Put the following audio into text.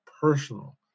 personal